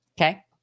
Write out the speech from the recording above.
Okay